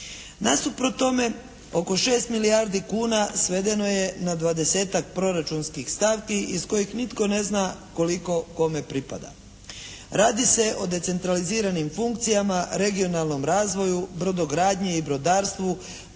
Nasuprot tome, oko šest milijardi kuna svedeno je na dvadesetak proračunskih stavki iz kojih nitko ne zna koliko kome pripada. Radi se o decentraliziranim funkcijama, regionalnom razvoju, brodogradnji i brodarstvu,